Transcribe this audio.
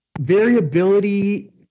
variability